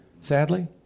sadly